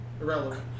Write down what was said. irrelevant